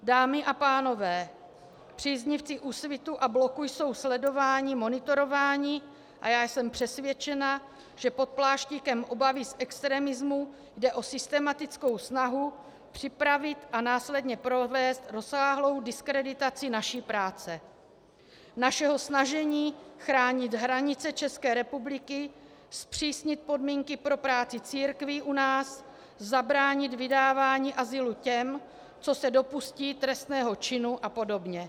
Dámy a pánové, příznivci Úsvitu a Bloku jsou sledováni, monitorováni a já jsem přesvědčena, že pod pláštíkem obavy z extremismu jde o systematickou snahu připravit a následně provést rozsáhlou diskreditaci naší práce, našeho snažení chránit hranice České republiky, zpřísnit podmínky pro práci církví u nás, zabránit vydávání azylu těm, co se dopustí trestného činu a podobně.